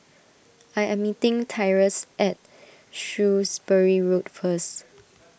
I am meeting Tyrus at Shrewsbury Road first